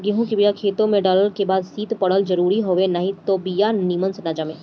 गेंहू के बिया खेते में डालल के बाद शीत पड़ल जरुरी हवे नाही त बिया निमन से ना जामे